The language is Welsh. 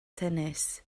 tennis